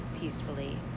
peacefully